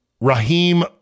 Raheem